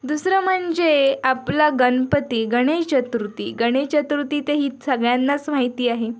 दुसरं म्हणजे आपला गणपती गणेशचतुर्ती गणेश चतुर्थी तर ही सगळ्यांनाच माहिती आहे